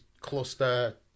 cluster